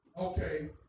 Okay